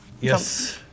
Yes